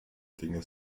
dinge